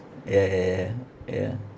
ya ya ya ya